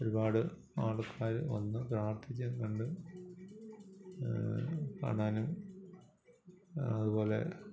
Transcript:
ഒരുപാട് ആൾക്കാർ വന്ന് പ്രാർത്ഥിച്ചും കണ്ടും കാണാനും അതുപോലെ